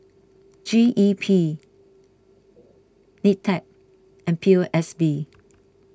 G E P Nitec and P O S B